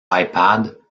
ipad